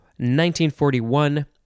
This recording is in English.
1941